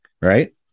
right